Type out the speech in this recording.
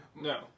No